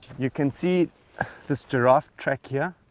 you can see this giraffe track here